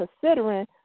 considering